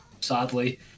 sadly